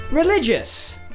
Religious